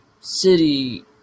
city